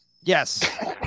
Yes